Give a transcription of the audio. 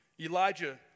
Elijah